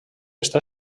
està